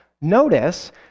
notice